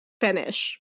finish